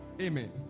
amen